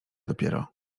dopiero